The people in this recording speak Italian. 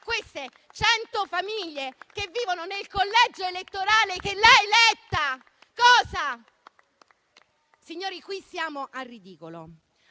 queste cento famiglie che vivono nel collegio elettorale che l'ha eletta? Signori, qui siamo al ridicolo.